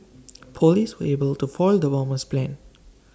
Police were able to foil the bomber's plans